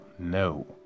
No